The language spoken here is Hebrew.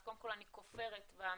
אז קודם כל אני כופרת באמירה